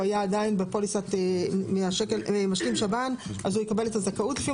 היה עוד בפוליסת משלים שב"ן אז הוא יקבל את הזכאות לפי